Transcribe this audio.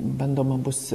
bandoma bus